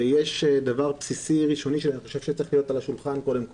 ויש דבר בסיסי ראשוני שאני חושב שצריך להיות על השולחן קודם כל.